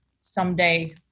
someday